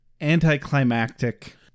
anticlimactic